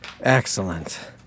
Excellent